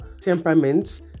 temperaments